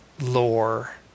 lore